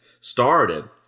Started